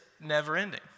never-ending